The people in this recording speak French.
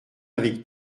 avec